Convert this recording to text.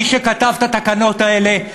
מי שכתב את התקנות האלה,